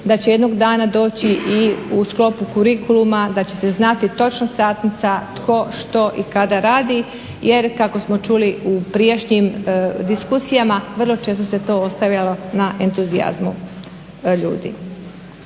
da će jednog dana doći i u sklopu kurikuluma, da će se znati točno satnica, tko, što i kada radi, jer kako smo čuli u prijašnjim diskusijama vrlo često se to ostavljalo na entuzijazmu ljudi.